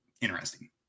interesting